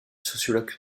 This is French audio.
sociologue